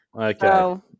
Okay